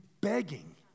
begging